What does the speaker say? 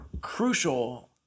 crucial